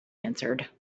answered